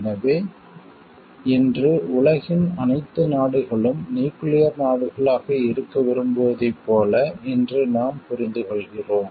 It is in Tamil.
எனவே இன்று உலகின் அனைத்து நாடுகளும் நியூக்கிளியர் நாடுகளாக இருக்க விரும்புவதைப் போல இன்று நாம் புரிந்துகொள்கிறோம்